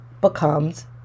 becomes